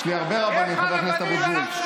יש לי הרבה רבנים, חבר הכנסת אבוטבול.